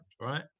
right